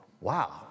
Wow